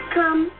come